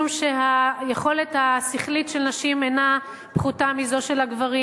משום שהיכולת השכלית של נשים אינה פחותה מזו של הגברים.